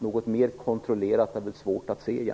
Något som är mer kontrollerat är det väl svårt att se.